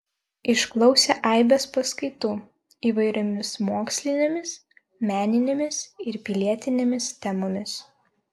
išklausė aibės paskaitų įvairiomis mokslinėmis meninėmis ir pilietinėmis temomis